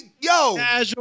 Yo